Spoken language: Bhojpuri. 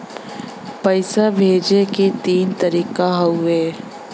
पइसा भेजे क तीन तरीका हउवे